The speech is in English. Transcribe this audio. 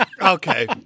Okay